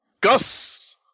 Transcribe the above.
Gus